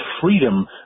freedom